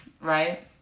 right